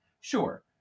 Sure